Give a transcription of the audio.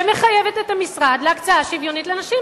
ומחייבת את המשרד להקצות הקצאה שוויונית לנשים,